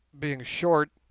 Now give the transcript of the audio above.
being short,